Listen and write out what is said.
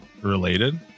related